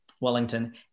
Wellington